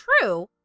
true